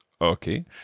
Okay